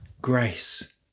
grace